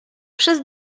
przez